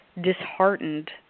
disheartened